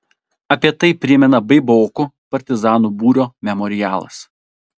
apie tai primena baibokų partizanų būrio memorialas